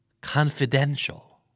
confidential